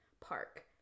Park